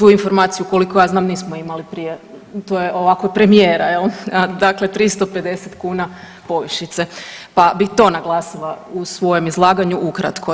Tu informaciju koliko ja znam nismo imali prije, tu je ovako premijera jel, dakle 350 kuna povišice, pa bih to naglasila u svojem izlaganju ukratko.